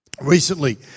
recently